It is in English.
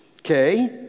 okay